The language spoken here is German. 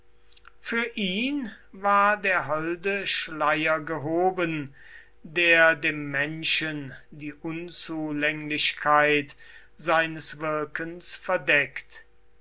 für ihn war der holde schleier gehoben der dem menschen die unzulänglichkeit seines wirkens verdeckt